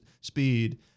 speed